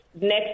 Next